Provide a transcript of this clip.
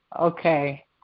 Okay